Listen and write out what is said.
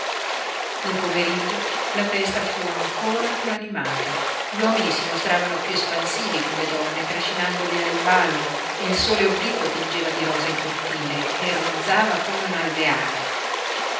nel pomeriggio la festa fu ancora piú animata gli uomini si mostravano piú espansivi con le donne trascinandole al ballo e il sole obliquo tingeva di rosa il cortile che ronzava come un alveare